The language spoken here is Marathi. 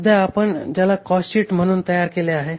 सध्या आपण ज्याला कॉस्टशीट म्हणून तयार केले आहे